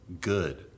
Good